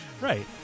Right